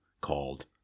called